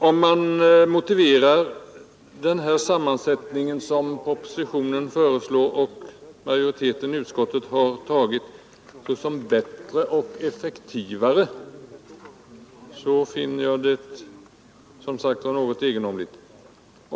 Om man motiverar den sammansättning som propositionen föreslår och som majoriteten i utskottet har tillstyrkt såsom bättre och effektivare, finner jag alltså detta egendomligt.